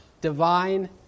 divine